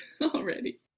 already